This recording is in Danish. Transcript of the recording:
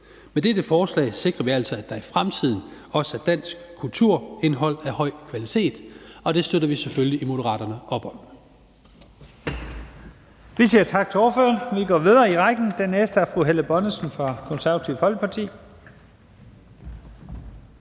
Med dette forslag sikrer vi altså, at der i fremtiden også er dansk kulturindhold af høj kvalitet, og det støtter vi selvfølgelig i Moderaterne op om.